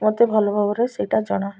ମୋତେ ଭଲ ଭାବରେ ସେଇଟା ଜଣା